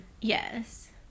Yes